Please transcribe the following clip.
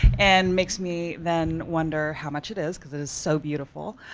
and makes me then wonder how much it is? cause it is so beautiful.